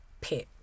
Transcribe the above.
pet